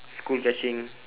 school catching